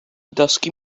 ddysgu